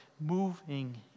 moving